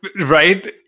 Right